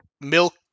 milk